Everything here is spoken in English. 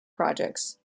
projects